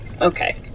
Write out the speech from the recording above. okay